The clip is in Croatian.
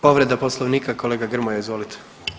Povreda Poslovnika kolega Grmoja, izvolite.